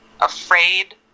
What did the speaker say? afraid